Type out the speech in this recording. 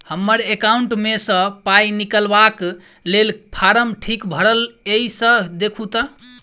हम्मर एकाउंट मे सऽ पाई निकालबाक लेल फार्म ठीक भरल येई सँ देखू तऽ?